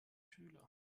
schüler